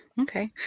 Okay